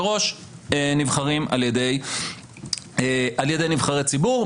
מראש נבחרים על ידי נבחרי ציבור.